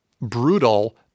brutal